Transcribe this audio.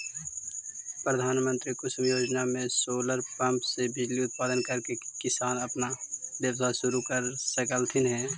प्रधानमंत्री कुसुम योजना में सोलर पंप से बिजली उत्पादन करके किसान अपन व्यवसाय शुरू कर सकलथीन हे